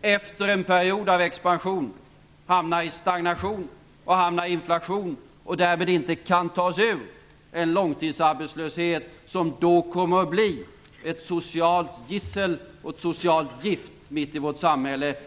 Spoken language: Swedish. efter en period av expansion hamnar i stagnation och hamnar i inflation och därmed inte kan ta oss ur den långtidsarbetslöshet som då kommer att bli ett socialt gissel och ett socialt gift mitt i vårt samhälle.